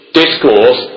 discourse